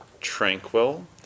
tranquil